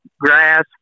grass